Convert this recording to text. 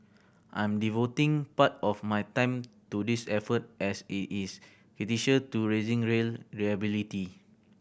I am devoting part of my time to this effort as it is critical to raising rail reliability